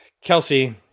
Kelsey